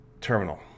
Terminal